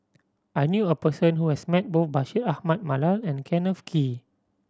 I knew a person who has met both Bashir Ahmad Mallal and Kenneth Kee